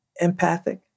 empathic